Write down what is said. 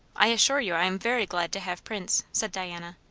i assure you i am very glad to have prince, said diana.